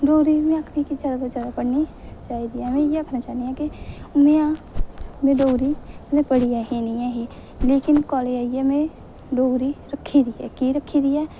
डोगरी में आखनी कि जैदा कोला जैदा पढ़नी चाहिदी ऐ में इ'यै आखना चाह्न्नी आं कि हून में आं में डोगरी ते पढ़ी ते ऐही नेईं ऐही लेकिन काॅलेज आइयै में डोगरी रक्खी दी ऐ की रक्खी दी ऐ